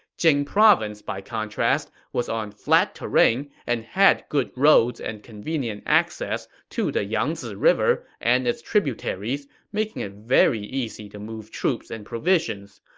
jing province, by contrast, was on flat terrain and had good roads and convenient access to the yangzi river and its tributaries, making it very easy to move troops and provisions.